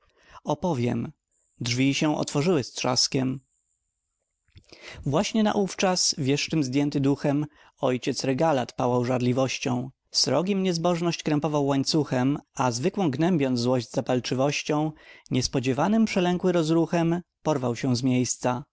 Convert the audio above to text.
opowiem drzwi się otworzyły z trzaskiem właśnie naówczas wieszczym zdjęty duchem ojciec regalat pałał żarliwością srogim niezbożność krępował łańcuchem a zwykłą gnębiąc złość zapalczywością niespodziewanym przelękły rozruchem porwał się z miejsca